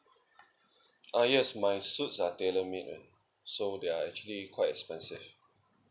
ah yes my suits are tailor made one so they're actually quite expensive